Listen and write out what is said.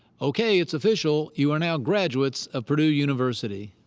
ok, it's official. you are now graduates of purdue university.